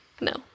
No